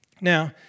Now